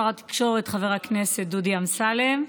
שר התקשורת חבר הכנסת דודי אמסלם,